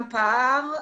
קיים פער.